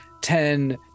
ten